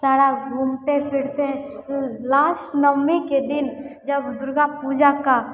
सारा घूमते फिरते हैं लास्ट नवमी के दिन जब दुर्गा पूजा का